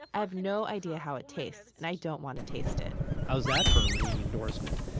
i have no idea how it tastes, and i don't want to taste it how's that for a ringing endorsement?